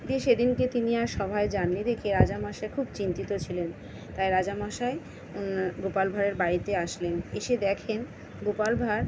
দিয়ে সেদিনকে তিনি আর সভায় যান নি দেখে রাজামশাই খুব চিন্তিত ছিলেন তাই রাজামশাই গোপাল ভাঁড়ের বাড়িতে আসলেন এসে দেখেন গোপাল ভাঁড়